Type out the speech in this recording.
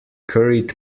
curried